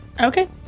Okay